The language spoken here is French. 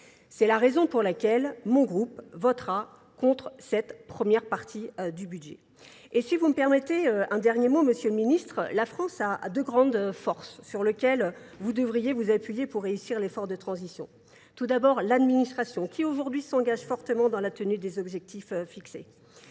C'est la raison pour laquelle mon groupe votera contre cette première partie du budget. Et si vous me permettez un dernier mot Monsieur le Ministre, la France a deux grandes forces sur lesquelles vous devriez vous appuyer pour réussir l'effort de transition. Tout d'abord l'administration qui aujourd'hui s'engage fortement dans la tenue des objectifs fixés.